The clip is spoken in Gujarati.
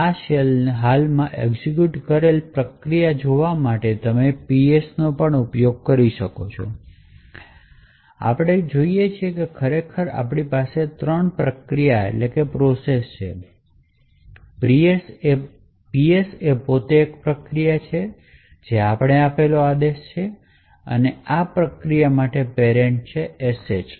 આ શેલ ની હાલમાં એક્ઝેક્યુટ કરેલી પ્રક્રિયાઓ જોવા માટે તમે ps નો ઉપયોગ કરી શકો છો અને આપણે જોઈ શકીએ છીએ કે ખરેખર ત્રણ પ્રક્રિયાઓ છે ps એ તે પ્રક્રિયા છે જે આપણે આપેલ આદેશ છે અને આ પ્રક્રિયા માટેનો પેરેંટ sh" છે